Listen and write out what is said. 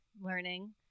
Learning